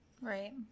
Right